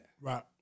Right